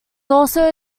also